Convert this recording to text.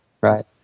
right